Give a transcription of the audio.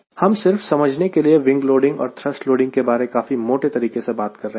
हम सिर्फ समझने के लिए विंग लोडिंग और थ्रस्ट लोडिंग के बारे काफी मोटे तरीके से बात कर रहे हैं